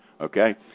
Okay